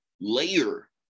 layer